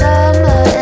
Summer